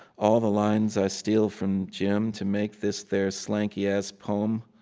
all the lines i steal from jim to make this there slanky-ass poem.